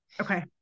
Okay